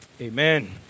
Amen